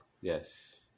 Yes